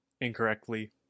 Incorrectly